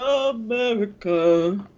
America